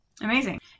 Amazing